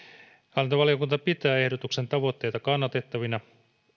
hallintovaliokunta pitää ehdotuksen tavoitteita kannatettavina